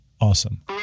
Awesome